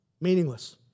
Meaningless